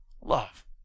love